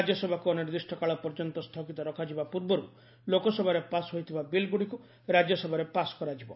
ରାଜ୍ୟସଭାକୁ ଅନିର୍ଦ୍ଦିଷ୍ଟକାଳ ପର୍ଯ୍ୟନ୍ତ ସ୍ଥଗିତ ରଖାଯିବା ପୂର୍ବରୁ ଲୋକସଭାରେ ପାସ୍ ହୋଇଥିବା ବିଲ୍ଗୁଡ଼ିକୁ ରାଜ୍ୟସଭାରେ ପାସ୍ କରାଯିବ